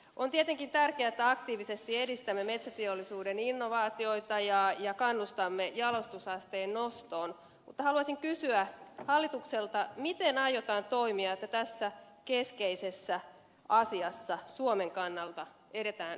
on tietenkin tärkeää että aktiivisesti edistämme metsäteollisuuden innovaatioita ja kannustamme jalostusasteen nostoon mutta haluaisin kysyä hallitukselta miten aiotaan toimia että tässä suomen kannalta keskeisessä asiassa edetään suotuisasti